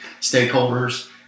stakeholders